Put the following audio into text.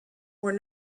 were